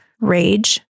rage